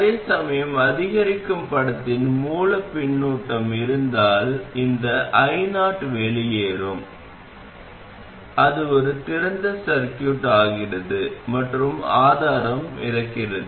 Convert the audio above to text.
அதேசமயம் அதிகரிக்கும் படத்தில் மூல பின்னூட்டம் இருந்தால் இந்த io வெளியேறும் அது ஒரு திறந்த சர்கியூட் ஆகிறது மற்றும் ஆதாரம் மிதக்கிறது